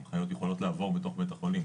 גם אחיות יכולות לעבור בתוך בית החולים,